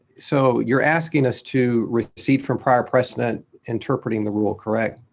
so you're asking us to recede from prior precedent interpreting the rule, correct?